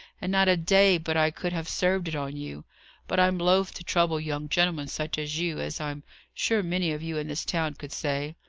and not a day but i could have served it on you but i'm loth to trouble young gentlemen such as you, as i'm sure many of you in this town could say.